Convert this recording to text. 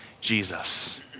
Jesus